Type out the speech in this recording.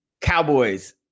Cowboys